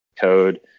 code